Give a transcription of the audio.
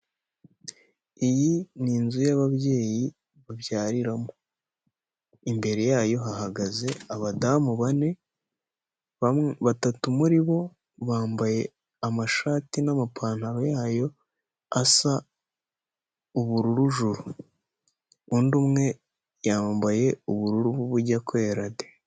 Iyi ni inzu y'ababyeyi babyariramo, imbere yayo hahagaze abadamu bane batatu muri bo bambaye amashati n'amapantaro yayo asa ubururu juru undi umwe yambaye ubururu bujya kwera de.